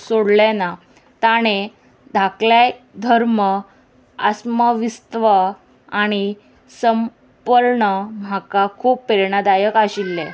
सोडलें ना ताणें धाकले धर्म आस्मविस्तव आनी संपर्ण म्हाका खूब प्रेरणादायक आशिल्लें